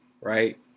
Right